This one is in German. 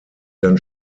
dann